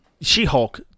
She-Hulk